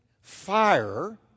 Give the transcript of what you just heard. fire